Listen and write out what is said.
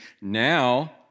Now